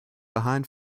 behind